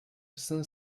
cinq